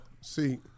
see